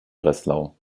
breslau